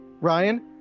Ryan